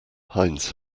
heinz